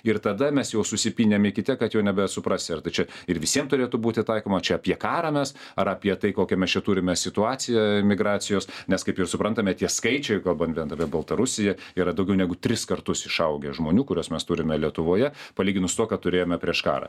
ir tada mes jau susipynėm iki tiek kad jau nebesuprasi ar tai čia ir visiem turėtų būti taikoma čia apie karą mes ar apie tai kokią mes čia turime situaciją migracijos nes kaip ir suprantame tie skaičiai kalbant bent apie baltarusiją yra daugiau negu tris kartus išaugę žmonių kuriuos mes turime lietuvoje palyginus su tuo ką turėjome prieš karą